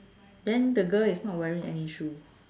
then the girl is not wearing any shoe